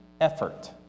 effort